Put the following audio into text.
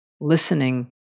listening